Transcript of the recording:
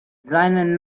seinen